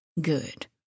good